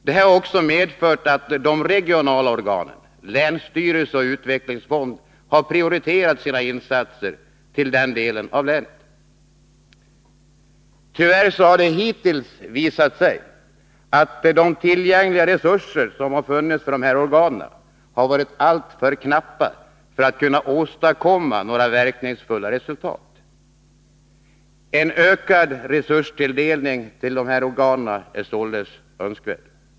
Detta har också medfört att regionala organ, länsstyrelse och utvecklingsfond har prioriterat sina insatser till denna del av länet. Tyvärr har det hittills visat sig att tillgängliga resurser för dessa organ varit alltför knappa, för att man skall kunna åstadkomma några verkningsfulla resultat. En ökad resurstilldelning till dessa organ är således önskvärd.